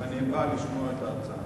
ואני בא לשמוע את ההצעה.